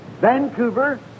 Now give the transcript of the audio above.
Vancouver